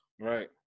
Right